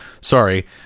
sorry